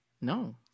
No